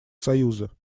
союза